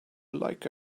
like